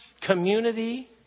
community